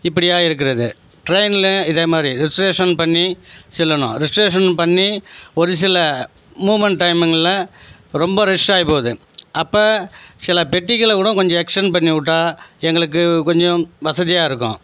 இப்படியாக இருக்கிறது ட்ரெயினில் இதேமாதிரி ரிசெர்வேஷன் பண்ணி செல்லணும் ரிசெர்வேஷன் பண்ணி ஒரு சில மூமெண்ட் டயமிங்கில் ரொம்ப ரஷ் ஆகி போகுது அப்போ சில பெட்டிங்களை கூட கொஞ்சம் எக்ஸ்டன் பண்ணி விட்டா எங்களுக்கு கொஞ்சம் வசதியாக இருக்குது